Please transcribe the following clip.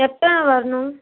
எப்போ வரணும்